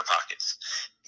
pockets